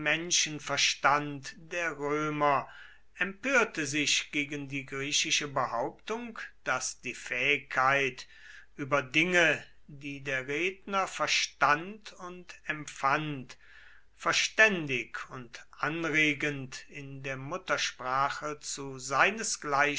menschenverstand der römer empörte sich gegen die griechische behauptung daß die fähigkeit über dinge die der redner verstand und empfand verständig und anregend in der muttersprache zu